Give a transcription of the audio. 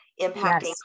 impacting